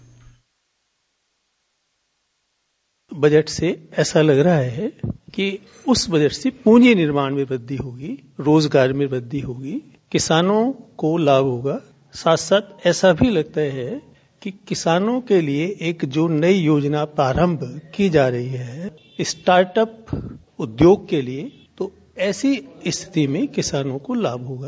bite budget से ऐसा लग रहा है कि उस बजट से पूंजी निर्माण में वृद्धि होगी रोजगार में वृद्धि होगी किसानों को लाभ होगा साथ साथ ऐसा भी लगता है कि किसानों के लिये एक जो नई योजना प्रारम्भ की जा रही है स्टार्टअप उद्योग के लिये तो ऐसी स्थिति में किसानों को लाभ होगा